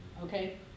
okay